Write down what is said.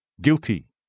guilty